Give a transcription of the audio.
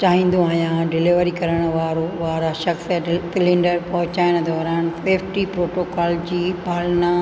चाहिंदो आहियां डिलेवरी करण वारो वारा शख्स सिलेंडर पहोचाएण दौरानु सेफ्टी प्रोटोकोल जी पालना